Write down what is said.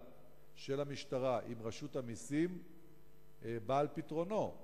של המשטרה עם רשות המסים בא על פתרונו?